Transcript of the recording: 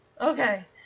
Okay